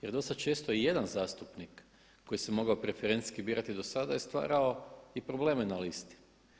Jer dosta često i jedan zastupnik koji se mogao preferencijski birati do sada je stvarao i probleme na listi.